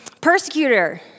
Persecutor